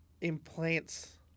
implants